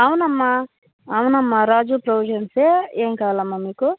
అవునమ్మా అవునమ్మా రాజు ప్రొవిజన్సే ఏమి కావాలమ్మా మీకు